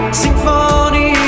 symphony